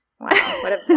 Wow